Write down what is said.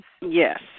yes